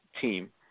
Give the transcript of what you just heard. team